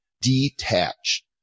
detached